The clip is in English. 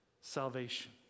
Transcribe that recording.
Salvation